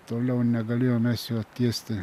toliau negalėjom mes jo tiesti